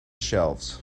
shelves